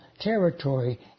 territory